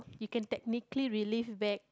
you can technically relive back